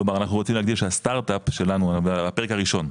כלומר אנחנו רוצים להגדיר שהסטארט אפ שלנו הפרק הראשון,